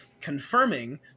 confirming